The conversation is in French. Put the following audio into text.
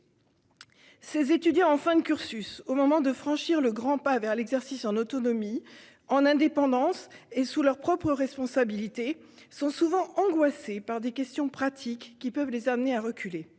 Ces étudiants en fin de cursus, au moment de franchir le grand pas vers l'exercice en autonomie, en indépendance et sous leur propre responsabilité, sont souvent angoissés par des questions pratiques, qui peuvent les amener à reculer.